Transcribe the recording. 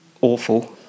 awful